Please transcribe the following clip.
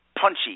punchy